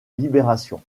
libération